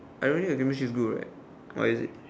I don't think her chemistry is good right what is it